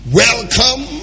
welcome